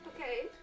Okay